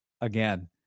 again